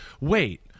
wait